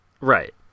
Right